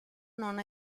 non